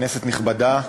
כנסת נכבדה,